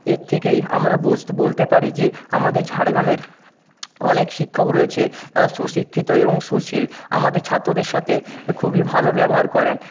এর থেকেই আমরা বোসত বলতে পারি যে আমাদের ঝাড়গ্রামের অনেক শিক্ষক রয়েছে তারা সুশিক্ষিত এবং সুশীল আমাদের ছাত্রদের সাথে খুবই ভালো ব্যবহার করেন